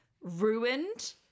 ruined